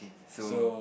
so